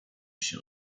się